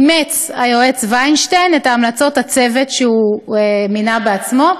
אימץ היועץ וינשטיין את המלצות הצוות שהוא מינה בעצמו,